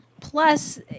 plus